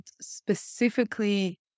specifically